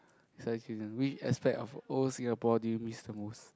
so as you can which aspect of old Singapore do you miss the most